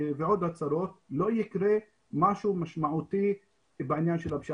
השנה עוד לא הסתיימה וכבר 106 הרוגים.